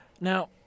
Now